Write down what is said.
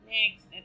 Next